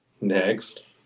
Next